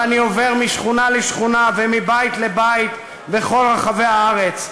ואני עובר משכונה לשכונה ומבית לבית בכל רחבי הארץ,